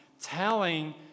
telling